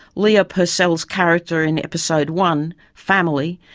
leah purcell's character in episode one, family,